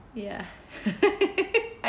ya